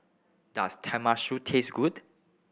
does Tenmusu taste good